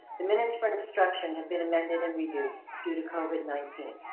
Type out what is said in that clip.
the minutes for instruction had been amended and reduced due to covid nineteen.